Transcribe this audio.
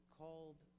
called